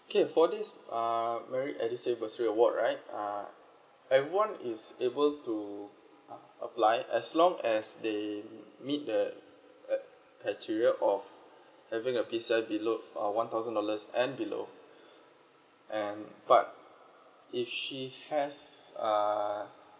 okay for this uh merit edusave bursary award right uh everyone is able to uh apply as long as they meet the uh criteria of having a P_C_I below uh one thousand dollars and below and but if she has uh